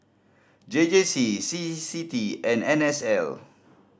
J J C C C T and N S L